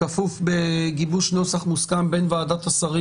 הוא כפוף לגיבוש נוסח מוסכם בין ועדת השרים